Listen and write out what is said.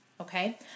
okay